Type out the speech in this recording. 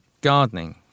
gardening